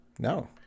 No